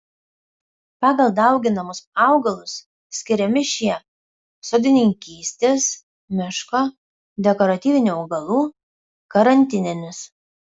pagal dauginamus augalus skiriami šie sodininkystės miško dekoratyvinių augalų karantininis